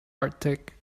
arctic